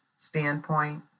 standpoint